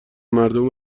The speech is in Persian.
مردم